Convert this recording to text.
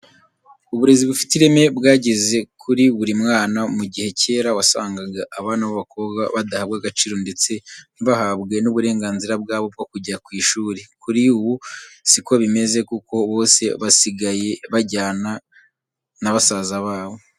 Uburezi bufite ireme bwageze kuri buri mwana. Mu gihe kera wasangaga abana b'abakobwa badahabwa agaciro ndetse ntibahabwe n'uburenganzira bwabo bwo kujya ku ishuri, kuri ubu si ko bimeze kuko bose basigaye bajyana na basaza babo.